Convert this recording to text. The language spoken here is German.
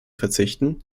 verzichten